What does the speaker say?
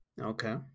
Okay